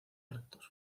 rectos